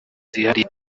zihariye